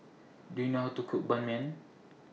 Do YOU know How to Cook Ban Mian